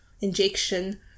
injection